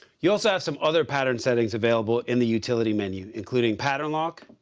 you also have some other pattern settings available in the utility menu, including pattern lock.